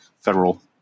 federal